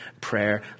prayer